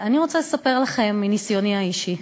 אני רוצה לספר לכם מניסיוני האישי.